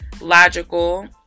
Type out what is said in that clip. logical